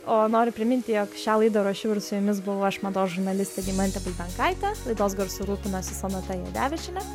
o noriu priminti jog šią laidą ruošiau ir su jumis buvau aš mados žurnalistė deimantė bulbenkaitė laidos garsu rūpinosi sonata jadevičienė